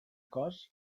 cos